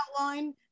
outline